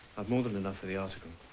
i've more than enough for the article.